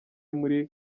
muri